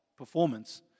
performance